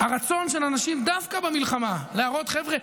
הרצון של אנשים דווקא במלחמה להראות: חבר'ה,